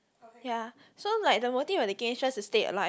ya so like the voting where they gain trust is stay alive